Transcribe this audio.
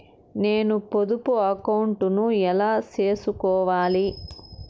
నేను పొదుపు అకౌంటు ను ఎలా సేసుకోవాలి?